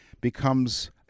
becomes